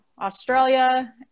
australia